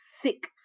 sick